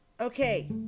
okay